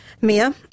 mia